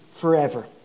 Forever